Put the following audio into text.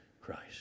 Christ